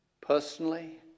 Personally